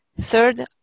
Third